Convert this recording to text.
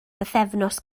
bythefnos